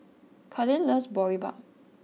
Karlene loves Boribap